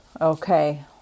okay